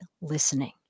listening